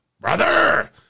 Brother